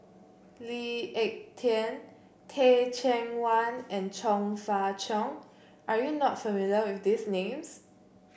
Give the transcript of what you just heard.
Lee Ek Tieng Teh Cheang Wan and Chong Fah Cheong are you not familiar with these names